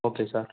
okay sir